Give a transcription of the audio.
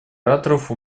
ораторов